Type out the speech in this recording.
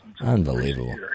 Unbelievable